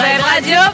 Radio